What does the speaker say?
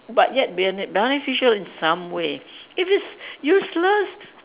but yet bene~ beneficial in some way if it's useless